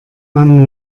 man